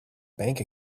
bank